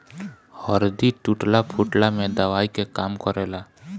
हरदी टूटला फुटला में दवाई के काम करेला